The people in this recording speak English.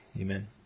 Amen